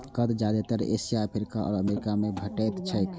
कंद जादेतर Asia, Africa आ अमेरिका मे भेटैत छैक